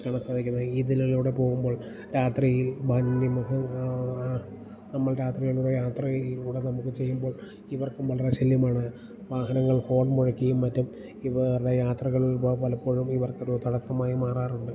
കാണാൻ സാധിക്കുന്നത് ഈ ഇതിലൂടെ പോകുമ്പോൾ രാത്രിയിൽ വന്യ മൃഗങ്ങൾ നമ്മൾ രാത്രികളിലൂടെ യാത്രയിലൂടെ നമുക്ക് ചെയ്യുമ്പോൾ ഇവർക്കും വളരെ ശല്യമാണ് വാഹനങ്ങൾ ഹോൺ മുഴക്കിയും മറ്റും ഇവരുടെ യാത്രകളിൽ പലപ്പോഴും ഇവർക്കൊരു തടസ്സമായി മാറാറുണ്ട്